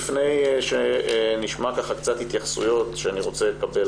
לפני שנשמע קצת התייחסויות שאני רוצה לקבל,